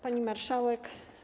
Pani Marszałek!